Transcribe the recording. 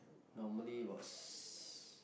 normally was